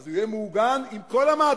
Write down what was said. אז הוא יהיה מעוגן עם כל המעטפת,